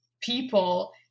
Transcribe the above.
people